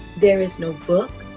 there is no book,